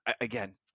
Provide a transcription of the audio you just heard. again